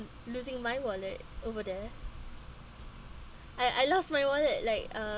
losing my wallet over there I I lost my wallet like uh